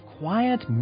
quiet